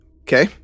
Okay